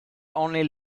only